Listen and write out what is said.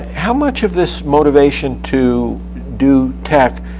how much of this motivation to do tex